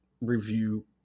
review